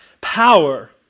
power